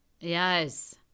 yes